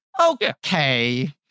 Okay